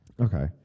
Okay